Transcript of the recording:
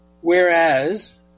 whereas